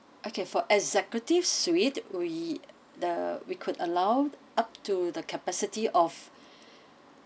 okay for executive suite we uh we could allow up to the capacity of